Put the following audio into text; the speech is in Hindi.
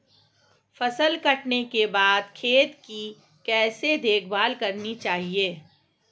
फसल काटने के बाद खेत की कैसे देखभाल करनी चाहिए?